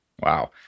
Wow